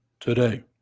Today